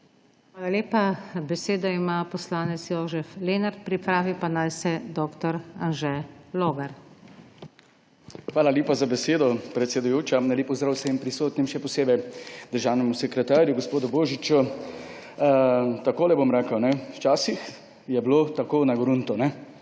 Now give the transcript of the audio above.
Hvala lepa. Besedo ima poslanec Jožef Lenart, pripravi pa naj se dr. Anže Logar. **JOŽEF LENART (PS SDS):** Hvala lepa za besedo, predsedujoča. Lep pozdrav vsem prisotnim, še posebej državnemu sekretarju gospodu Božiču! Takole bom rekel. Včasih je bilo tako na gruntu.